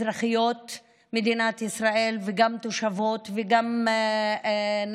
אזרחיות מדינת ישראל וגם תושבות וגם נשים